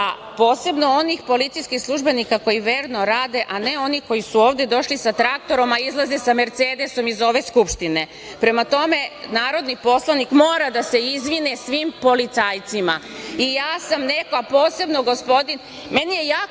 a posebno onih policijskih službenika koji verno rade, a ne oni koji su ovde došli sa traktorom, a izlaze sa mercedesom iz ove Skupštine. Prema tome, narodni poslanik mora da se izvini svim policajcim, a posebno gospodin, meni je jako